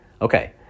Okay